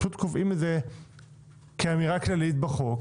פשוט קובעים את זה כאמירה כללית בחוק,